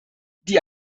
die